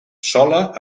sola